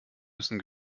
müssen